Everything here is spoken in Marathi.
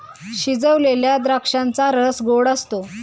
शिजवलेल्या द्राक्षांचा रस गोड असतो